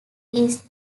east